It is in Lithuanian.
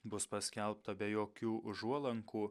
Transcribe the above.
bus paskelbta be jokių užuolankų